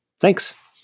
Thanks